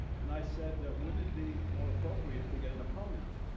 and i said, wouldn't it be more appropriate to get an opponent?